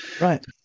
Right